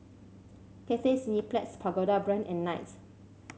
Cathay Cineplex Pagoda Brand and Knight